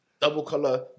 double-color